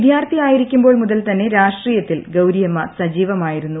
വിദ്യാർത്ഥി ആയിരിക്കുമ്പോൾ മുതൽ തന്നെ രാഷ്ട്രീയത്തിൽ ഗൌരിയമ്മ സജീവമായിരുന്നു